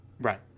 Right